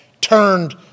turned